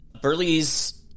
Burley's